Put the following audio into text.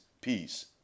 peace